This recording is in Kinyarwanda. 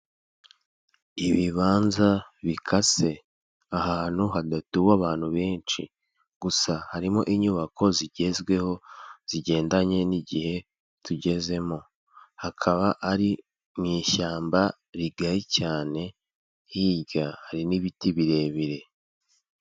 Ibibanza bikase, ahantu hadatuwe abantu benshi, gusa harimo inyubako zigezweho, zigendanye n'igihe tugezemo. Hakaba ari mu ishyamba rigari cyane, hirya hari n'ibiti birebire.